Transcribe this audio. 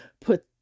put